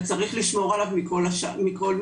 אז צריך לשמור עליו מכל משמר.